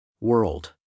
World